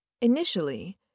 Initially